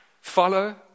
Follow